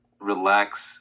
relax